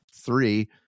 three